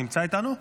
נמצא איתנו?